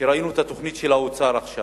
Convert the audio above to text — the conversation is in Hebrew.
וראינו את התוכנית של האוצר עכשיו.